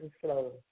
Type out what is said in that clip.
flow